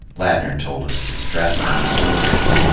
ladner told us the stress was so great,